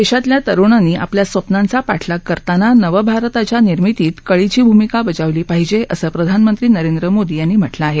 देशातल्या तरुणांनी आपल्या स्वप्नांचा पाठलाग करताना नव भारताच्या निर्मितीत कळीची भूमिका बजावली पाहिजे असं प्रधानमंत्री नरेंद्र मोदी यांनी म्हटलं आहे